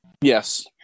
Yes